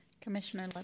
Commissioner